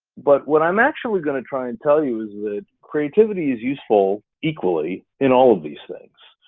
but what i'm actually gonna try and tell you is that creativity is useful equally in all of these things.